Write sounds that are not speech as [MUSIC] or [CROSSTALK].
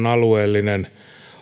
[UNINTELLIGIBLE] alueellinen